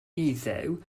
iddew